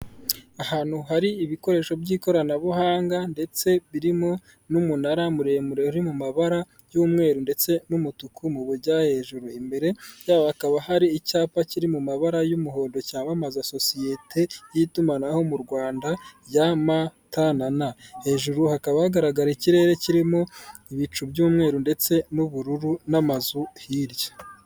Ahantu hari ibikoresho by'ikoranabuhanga ndetse birimo n'umunara muremure uri mu mabara y'umweru ndetse n'umutuku mu bujya hejuru. Imbere yaho hakaba hari icyapa kiri mu mabara y'umuhondo, cyamamaza sosiyete y'itumanaho mu Rwanda ya M,T, na N. Hejuru hakaba hagaragara ikirere kirimo ibicu by'umweru ndetse n'ubururu n'amazu hirya.